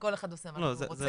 כל אחד עושה מה שהוא רוצה.